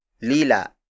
Lila